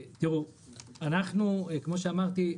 כפי שאמרתי,